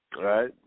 right